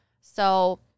So-